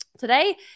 today